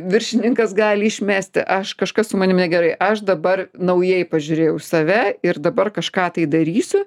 viršininkas gali išmesti aš kažkas su manim negerai aš dabar naujai pažiūrėjau į save ir dabar kažką tai darysiu